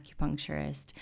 acupuncturist